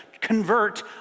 convert